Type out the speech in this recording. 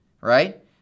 right